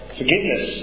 forgiveness